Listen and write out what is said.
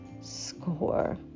score